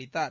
அடித்தார்